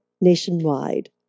nationwide